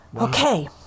Okay